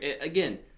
again